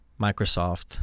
Microsoft